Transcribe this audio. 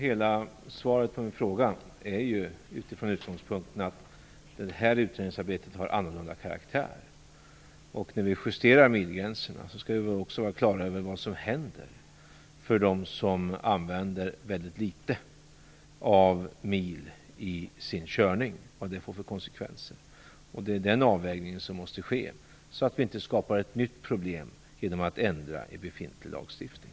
Fru talman! Utgångspunkten för svaret på min fråga är att det här utredningsarbetet har annorlunda karaktär. När vi justerar milgränserna skall vi också vara på det klara med vad som händer för dem som kör ett mycket begränsat antal mil, vilka konsekvenserna blir för den gruppen. Det är den avvägningen som måste ske, så att vi inte skapar ett nytt problem i och med att vi ändrar i befintlig lagstiftning.